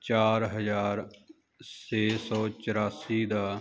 ਚਾਰ ਹਜ਼ਾਰ ਛੇ ਸੋ ਚੁਰਾਸੀ ਦਾ